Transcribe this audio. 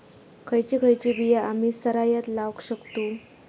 खयची खयची बिया आम्ही सरायत लावक शकतु?